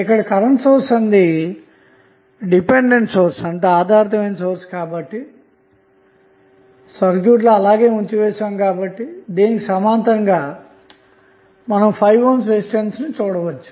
ఇక్కడ current source ఆధారితమైన source కాబట్టి సర్క్యూట్ లో అలాగే ఉంచివేశాము దీనికి సమాంతరంగా ఓక 5 ohm రెసిస్టెన్స్ ను మీరు చూడచ్చు